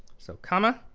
so comma.